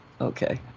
Okay